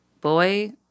Boy